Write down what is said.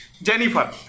Jennifer